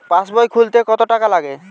পাশবই খুলতে কতো টাকা লাগে?